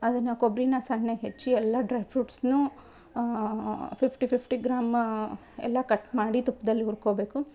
ಅದನ್ನು ಕೊಬ್ಬರೀನ ಸಣ್ಣಗೆ ಹೆಚ್ಚಿ ಎಲ್ಲ ಡ್ರೈ ಫ್ರೂಟ್ಸನ್ನು ಫಿಫ್ಟಿ ಫಿಫ್ಟಿ ಗ್ರಾಮ ಎಲ್ಲ ಕಟ್ ಮಾಡಿ ತುಪ್ದಲ್ಲಿ ಹುರ್ಕೊಬೇಕು